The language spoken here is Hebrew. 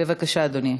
בבקשה, אדוני.